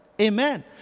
Amen